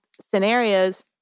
scenarios